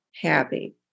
happy